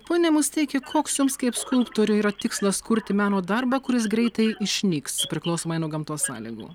pone musteiki koks jums kaip skulptoriui yra tikslas kurti meno darbą kuris greitai išnyks priklausomai nuo gamtos sąlygų